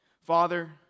Father